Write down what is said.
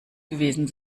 gewesen